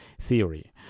theory